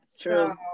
True